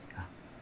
ya